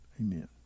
Amen